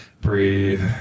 breathe